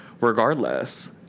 Regardless